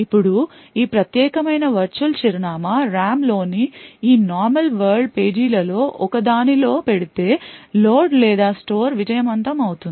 ఇప్పుడు ఈ ప్రత్యేకమైన వర్చువల్ చిరునామా RAM లోని ఈ నార్మల్ వరల్డ్ పేజీల లో ఒక దాని లో పడితే లోడ్ లేదా స్టోర్ విజయవంతమవుతుంది